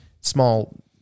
small